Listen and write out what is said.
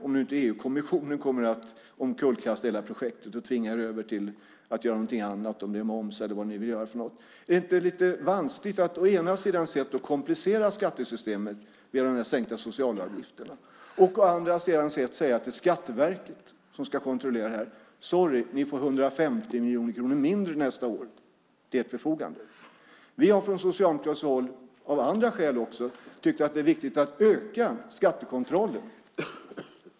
Om nu inte EU-kommissionen kastar omkull hela projektet och tvingar er att göra något annat, är det inte vanskligt att å ena sidan komplicera skattesystemet genom de sänkta socialavgifterna och å andra sidan säga till Skatteverket som ska kontrollera det: Sorry , ni får 150 miljoner kronor mindre till ert förfogande nästa år? Från socialdemokratiskt håll har vi även av andra skäl tyckt att det är viktigt att öka skattekontrollen.